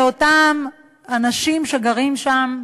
לאותם אנשים שגרים שם,